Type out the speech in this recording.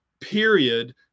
period